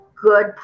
good